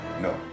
No